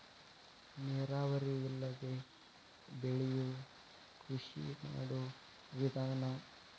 ನೇರಾವರಿ ಇಲ್ಲದೆ ಬೆಳಿಯು ಕೃಷಿ ಮಾಡು ವಿಧಾನಾ